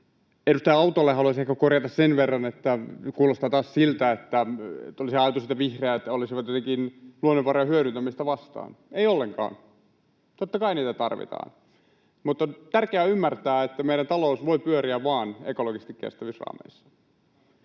Edustaja Auttolle haluaisin ehkä korjata sen verran, että kuulostaa taas siltä, että olisi ajatus, että vihreät olisivat jotenkin luonnonvarojen hyödyntämistä vastaan. Ei ollenkaan. Totta kai niitä tarvitaan, mutta on tärkeää ymmärtää, että meidän talous voi pyöriä vain ekologisesti kestävissä raameissa.